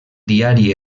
diari